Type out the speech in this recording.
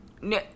No